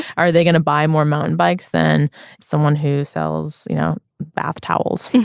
are they going to buy more mountain bikes than someone who sells you know bath towels.